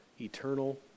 eternal